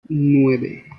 nueve